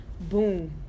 boom